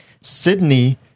Sydney